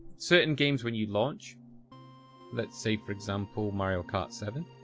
certain games when you launch let's say for example mario kart seven